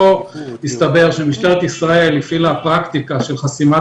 בפסיקה הסתבר שמשטרת ישראל הפעילה פרקטיקה של חסימת